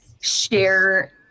share